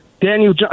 Daniel